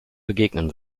begegnen